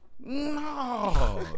No